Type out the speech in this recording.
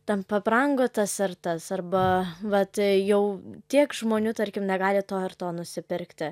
ten pabrango tas ar tas arba vat jau tiek žmonių tarkim negali to ar to nusipirkti